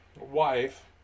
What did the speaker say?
wife